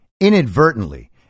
inadvertently